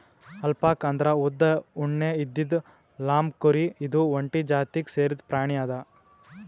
alpaca ಅಂದ್ರ ಉದ್ದ್ ಉಣ್ಣೆ ಇದ್ದಿದ್ ಲ್ಲಾಮ್ಕುರಿ ಇದು ಒಂಟಿ ಜಾತಿಗ್ ಸೇರಿದ್ ಪ್ರಾಣಿ ಅದಾ